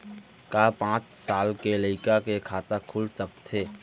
का पाँच साल के लइका के खाता खुल सकथे?